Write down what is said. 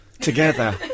together